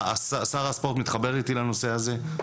שר הספורט מתחבר איתי לנושא הזה,